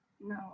No